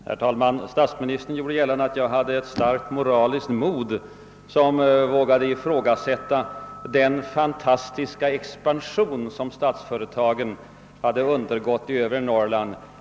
Herr talman! Statsministern gjorde gällande att jag hade ett »stort moraliskt mod» när jag vågade ifrågasätta »den fantastiska expansion» som statsföretagen undergått i övre Norrland.